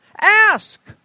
Ask